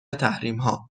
تحریمها